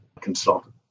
consultant